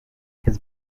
his